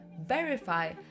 verify